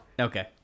Okay